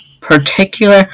particular